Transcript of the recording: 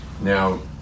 Now